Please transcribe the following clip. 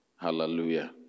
Hallelujah